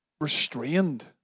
restrained